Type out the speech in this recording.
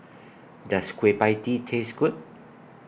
Does Kueh PIE Tee Taste Good